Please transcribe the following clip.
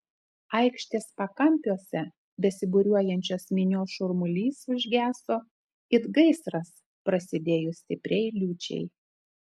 aikštės pakampiuose besibūriuojančios minios šurmulys užgeso it gaisras prasidėjus stipriai liūčiai